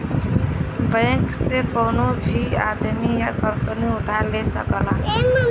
bank से कउनो भी आदमी या कंपनी उधार ले सकला